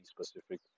specific